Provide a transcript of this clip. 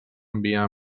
enviar